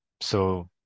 So-